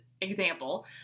Example